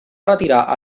retirar